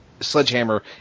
sledgehammer